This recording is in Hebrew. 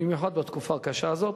במיוחד בתקופה הקשה הזאת,